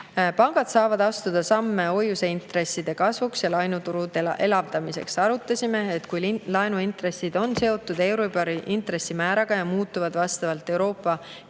Pangad saavad astuda samme hoiuseintresside tõstmiseks ja laenuturu elavdamiseks. Arutasime, et kui laenuintressid on seotud euribori intressimääraga ja muutuvad vastavalt Euroopa